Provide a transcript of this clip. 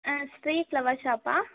ஆ Sri flower ஷாப்பா